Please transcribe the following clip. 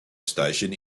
station